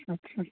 अच्छा